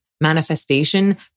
manifestation